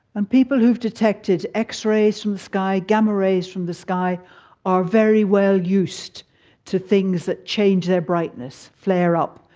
and people who have detected x-rays from the sky, gamma rays from the sky are very well used to things that change their brightness, flare up,